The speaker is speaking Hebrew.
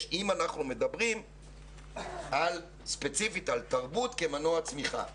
אם אנחנו מדברים ספציפית על תרבות כמנוע צמיחה,